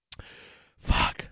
Fuck